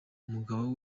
umugabo